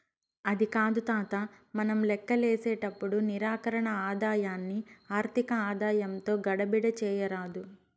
అది కాదు తాతా, మనం లేక్కసేపుడు నికర ఆదాయాన్ని ఆర్థిక ఆదాయంతో గడబిడ చేయరాదు